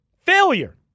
Failure